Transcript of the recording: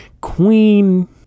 queen